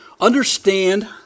understand